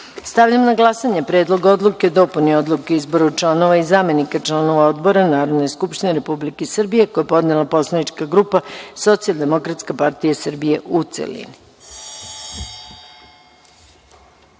odluke. Stavljam na glasanje Predlog odluke o dopuni Odluke o izboru članova i zamenika članova odbora Narodne skupštine Republike Srbije, koju je podnela poslanička grupa Socijaldemokratska partija Srbije, u